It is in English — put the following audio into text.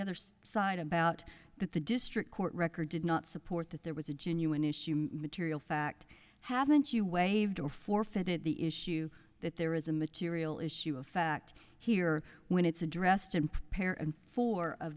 other side about that the district court record did not support that there was a genuine issue material fact haven't you waived or forfeited the issue that there is a material issue of fact here when it's addressed impair and four of